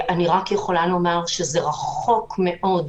אני רק יכולה לומר, שזה רחוק מאוד,